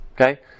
okay